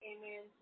Amen